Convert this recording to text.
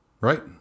right